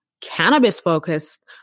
cannabis-focused